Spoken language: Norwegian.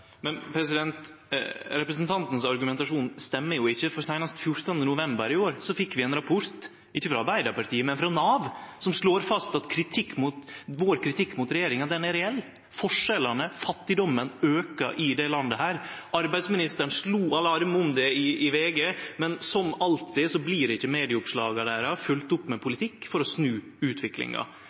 men som fører til at flere fullfører videregående skole og kvalifiserer seg til å komme inn i arbeidslivet. Det mener jeg er positivt. Representantens argumentasjon stemmer ikkje, for seinast 14. november i år fekk vi ein rapport – ikkje frå Arbeidarpartiet, men frå Nav – som slår fast at vår kritikk mot regjeringa er reell: Forskjellane, fattigdomen, aukar i dette landet. Arbeidsministeren slo alarm om det i VG, men som alltid blir ikkje medieoppslaga deira følgde opp med politikk